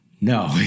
No